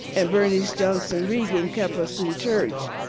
and bernice johnson reagon kept us in church.